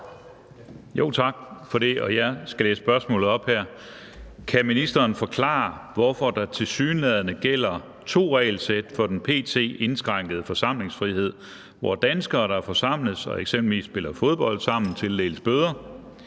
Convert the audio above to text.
Kan ministeren forklare, hvorfor der tilsyneladende gælder to regelsæt for den p.t. indskrænkede forsamlingsfrihed, hvor danskere, der forsamles og eksempelvis spiller fodbold sammen, tildeles bøder,